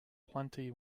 plenty